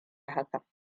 hakan